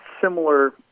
similar